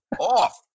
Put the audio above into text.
off